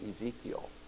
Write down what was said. Ezekiel